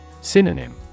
Synonym